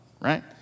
right